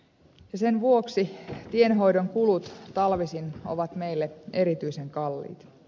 sen vuoksi tienhoidon kulut talvisin ovat meille erityisen kalliit